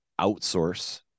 outsource